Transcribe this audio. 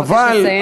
אבקש לסיים.